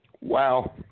Wow